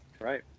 Right